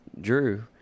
Drew